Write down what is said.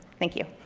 thank you.